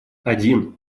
один